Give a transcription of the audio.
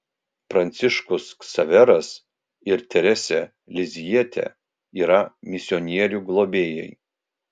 pranciškus ksaveras ir terese lizjiete yra misionierių globėjai